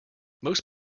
most